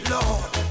Lord